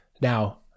Now